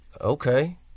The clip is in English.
Okay